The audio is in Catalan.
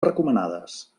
recomanades